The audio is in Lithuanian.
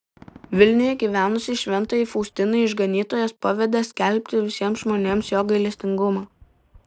vilniuje gyvenusiai šventajai faustinai išganytojas pavedė skelbti visiems žmonėms jo gailestingumą